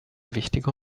wichtige